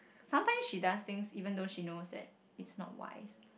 sometimes she does things even though she knows that it's not wise